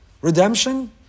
Redemption